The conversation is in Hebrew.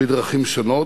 בדרכים שונות,